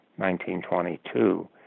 1922